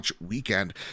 weekend